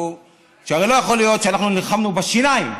הרי לא יכול להיות שאנחנו נלחמנו בשיניים,